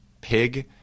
pig